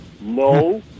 No